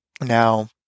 Now